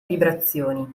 vibrazioni